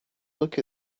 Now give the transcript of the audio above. look